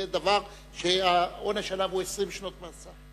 זה דבר שהעונש עליו הוא 20 שנות מאסר.